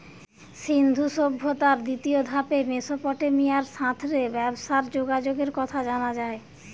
সিন্ধু সভ্যতার দ্বিতীয় ধাপে মেসোপটেমিয়ার সাথ রে ব্যবসার যোগাযোগের কথা জানা যায়